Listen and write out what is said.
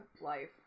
life